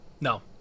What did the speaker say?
No